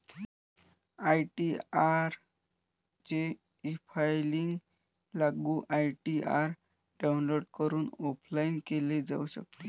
ITR चे efiling लागू ITR download करून ऑफलाइन केले जाऊ शकते